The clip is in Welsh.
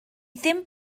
ddim